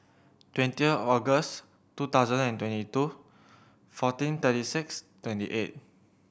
twenty August two thousand and twenty two fourteen thirty six twenty eight